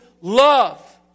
Love